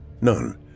None